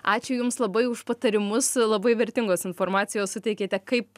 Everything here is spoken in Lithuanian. ačiū jums labai už patarimus labai vertingos informacijos suteikėte kaip